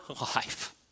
life